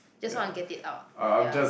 just want to get it out ya